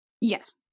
yes